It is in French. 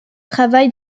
travaille